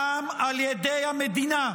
לא, גם על ידי המדינה.